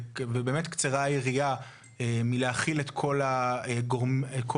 ובאמת קצרה היריעה מלהכיל את כל האלמנטים